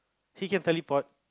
he can teleport